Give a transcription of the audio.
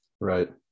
Right